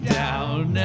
down